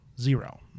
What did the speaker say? Zero